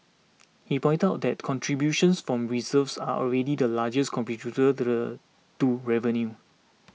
he pointed out that contributions from reserves are already the largest to the to revenues